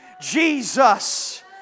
Jesus